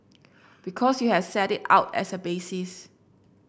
because you have set it out as a basis